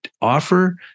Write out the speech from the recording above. offer